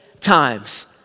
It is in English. times